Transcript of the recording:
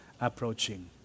approaching